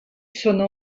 sono